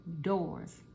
doors